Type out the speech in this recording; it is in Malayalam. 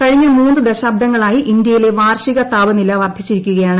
കഴിഞ്ഞ മൂന്ന് ദശാബ്ദങ്ങളായി ഇന്ത്യയിലെ വാർഷിക താപനില വർദ്ധിച്ചിരിക്കുകയാണ്